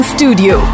Studio